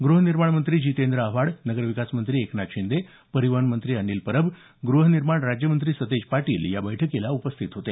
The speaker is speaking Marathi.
गृहनिर्माण मंत्री जितेंद्र आव्हाड नगरविकास मंत्री एकनाथ शिंदे परिवहन मंत्री अनिल परब ग्रहनिर्माण राज्य मंत्री सतेज पाटील उपस्थित होते